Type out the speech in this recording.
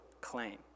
claim